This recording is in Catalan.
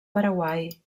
paraguai